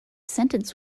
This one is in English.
sentence